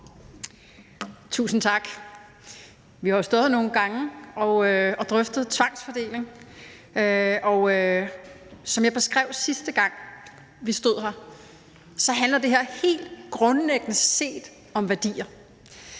Tusind tak. Vi har jo stået her nogle gange og drøftet tvangsfordeling, og som jeg beskrev det, sidste gang vi stod her, handler det her helt grundlæggende set om værdier.